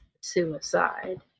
suicide